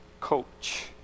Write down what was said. coach